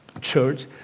church